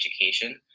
education